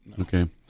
Okay